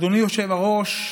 אדוני היושב-ראש,